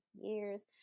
years